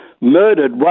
murdered